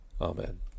amen